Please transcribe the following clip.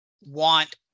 want